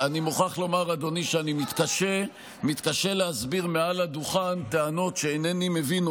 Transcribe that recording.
אני מוכרח לומר שאני מתקשה להסביר מעל הדוכן טענות שאינני מבין,